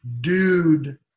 dude